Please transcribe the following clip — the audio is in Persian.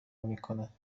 میکنند